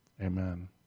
Amen